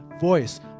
voice